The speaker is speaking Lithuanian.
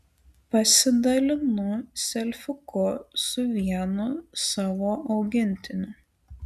pasidalinu selfiuku su vienu savo augintiniu